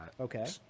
Okay